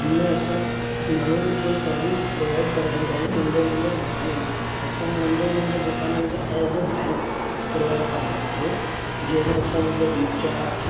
हिन में असां माण्हुनि खे सर्विस प्रोवाईड कराईंदा आहियूं नंढे नंढे दुकाननि खे असां नंढे नंढे दुकाननि खे ऐज़ अ बैंक प्रोवाइड कराईंदा आहियूं जंहिं में असां हुन खे रिचार्ज